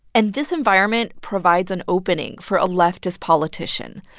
and this environment provides an opening for a leftist politician,